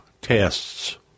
Tests